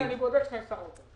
אני בודק עם שר האוצר.